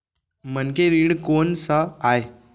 मनखे ऋण कोन स आय?